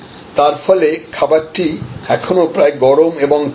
তার ফলে খাবারটি এখনও প্রায় গরম এবং তাজা